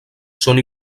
són